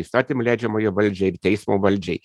įstatymų leidžiamojo valdžiai ir teismo valdžiai